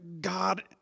God